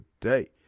today